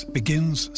begins